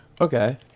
Okay